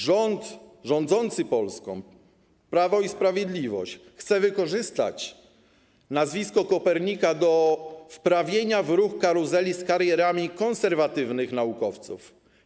Rządzące Polską Prawo i Sprawiedliwość chce wykorzystać nazwisko Kopernika do wprawienia w ruch karuzeli z karierami konserwatywnych naukowców.